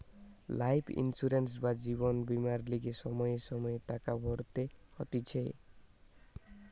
life insurance বা জীবন বীমার লিগে সময়ে সময়ে টাকা ভরতে হতিছে